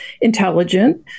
intelligent